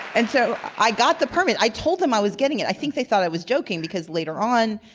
and so i got the permit. i told them i was getting it, i think they thought i was joking because later on,